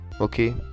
okay